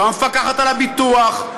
לא המפקחת על הביטוח,